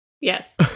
yes